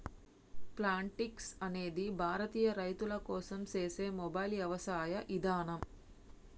Plantix అనేది భారతీయ రైతుల కోసం సేసే మొబైల్ యవసాయ ఇదానం